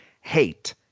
hate